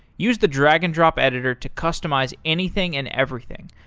use the drag and drop editor to customize anything and everything.